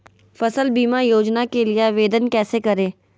फसल बीमा योजना के लिए आवेदन कैसे करें?